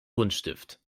buntstift